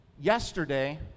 yesterday